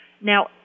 Now